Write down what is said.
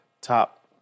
top